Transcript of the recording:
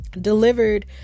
delivered